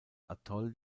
atoll